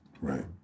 Right